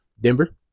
Denver